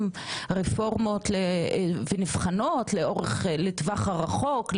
רפורמות והאם הן נבחנות לטווח הרחוק?